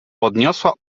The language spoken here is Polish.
podniosła